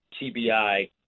TBI